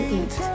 eat